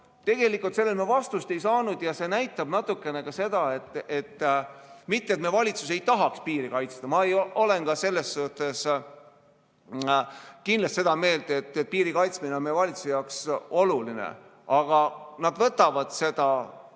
Tegelikult sellele me vastust ei saanud ja see näitab natukene ka seda – mitte, et me valitsus ei tahaks piiri kaitsta, ma olen ka selles suhtes kindlasti seda meelt, et piiri kaitsmine on meie valitsuse jaoks oluline –, et nad võtavad seda, mulle